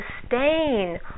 sustain